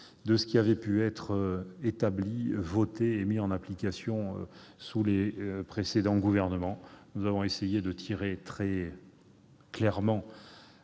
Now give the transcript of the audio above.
de ce qui a pu être voté et mis en application sous les précédents gouvernements. Nous avons essayé de tirer le bilan